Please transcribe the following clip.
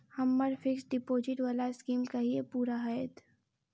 हम्मर fixed deposit वला scheme कहिया पूरा हैत?